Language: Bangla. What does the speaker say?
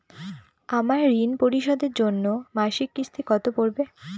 আমার ঋণ পরিশোধের জন্য মাসিক কিস্তি কত পড়বে?